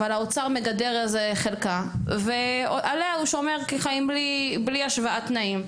האוצר מגדר איזה חלקה ועלייה הוא שומר כחיים בלי השוואת תנאים.